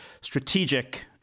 strategic